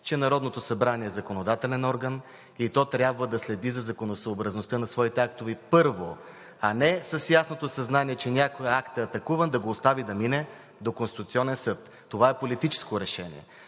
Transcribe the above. че Народното събрание е законодателен орган, и то трябва да следи за законосъобразността на своите актове – първо, а не с ясното съзнание, че някой акт е атакуван, да го остави да мине до Конституционен съд. Това е политическо решение.